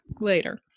later